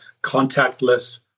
contactless